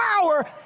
power